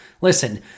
Listen